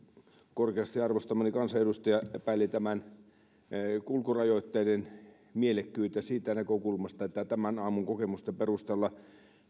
korkeasti arvostamani kansanedustaja epäili näiden kulkurajoitteiden mielekkyyttä siitä näkökulmasta että tämän aamun kokemusten perusteella